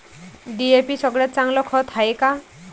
DAP सगळ्यात चांगलं खत हाये का?